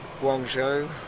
Guangzhou